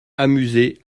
amusé